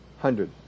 hundred